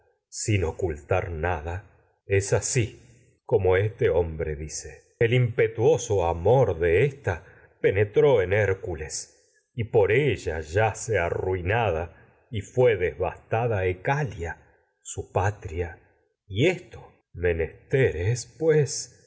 sin ocultar es así como nada este hombre dice el impetuoso amor de ésta penetró en hércules su y por ella yace arruinada menester y fué devastada ecalia que patria y esto es pues